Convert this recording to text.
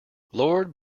lord